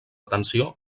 tensió